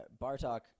Bartok